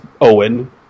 Owen